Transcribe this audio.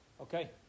Okay